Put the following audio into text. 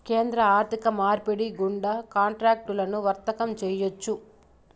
కేంద్ర ఆర్థిక మార్పిడి గుండా కాంట్రాక్టులను వర్తకం చేయొచ్చు